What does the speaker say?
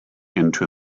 into